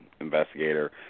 investigator